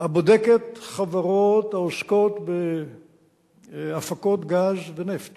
הבודקת חברות העוסקות בהפקות גז ונפט